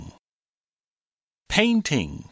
painting